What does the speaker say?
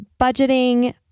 budgeting